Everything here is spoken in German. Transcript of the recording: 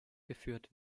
geführt